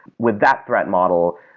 with that threat model,